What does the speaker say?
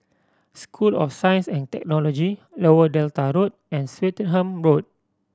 School of Science and Technology Lower Delta Road and Swettenham Road